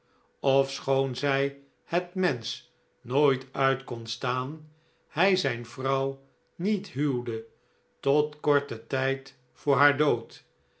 ofschoon zij het mensch nooit uit kon staan hij zijn vrouw niet huwde tot korten tijd voor haar dood